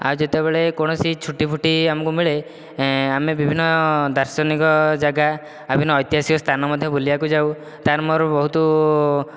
ଆଉ ଯେତେବେଳେ କୋଣସି ଛୁଟିଫୁଟି ଆମକୁ ମିଳେ ଆମେ ବିଭିନ୍ନ ଦାର୍ଶନିକ ଜାଗା ଏବଂ ଐତିହାସିକ ସ୍ଥାନ ମଧ୍ୟ ବୁଲିବାକୁ ଯାଉ ତା'ର ମୋ'ର ବହୁତ